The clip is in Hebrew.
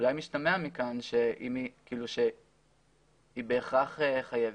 אולי משתמע מכאן שהיא בהכרח חייבת.